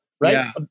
Right